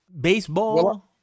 baseball